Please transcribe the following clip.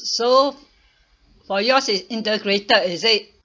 so for yours is integrated is it